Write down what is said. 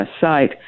site